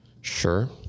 Sure